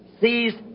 sees